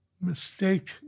mistake